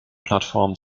plattform